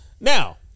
Now